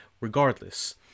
regardless